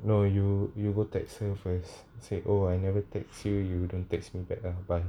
no you you go text her first say oh I never text you you don't text me back lah why